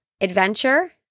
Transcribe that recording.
adventure